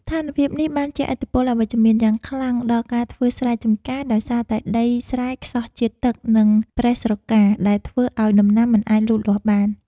ស្ថានភាពនេះបានជះឥទ្ធិពលអវិជ្ជមានយ៉ាងខ្លាំងដល់ការធ្វើស្រែចម្ការ ដោយសារតែដីស្រែខ្សោះជាតិទឹក និងប្រេះស្រកា ដែលធ្វើឱ្យដំណាំមិនអាចលូតលាស់បាន។